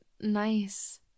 nice